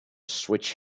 switch